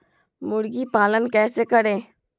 मुर्गी पालन कैसे करें?